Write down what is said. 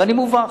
ואני מובך.